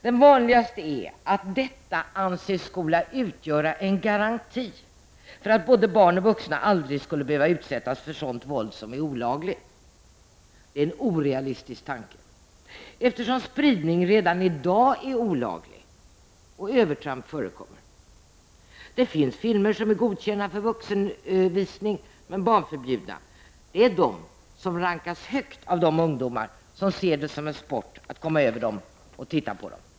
Den vanligaste är säkert att detta anses skola utgöra en garanti för att både barn och vuxna aldrig skall behöva utsättas för sådant våld som är olagligt. Det är en orealistisk tanke eftersom spridning redan i dag är olaglig — och övertramp förekommer. Det finns filmer som är godkända för vuxenvisning, men som är barnförbjudna. Det är de som rankas högst av de ungdomar som ser det som en sport att komma över dem och se dem.